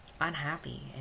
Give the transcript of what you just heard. unhappy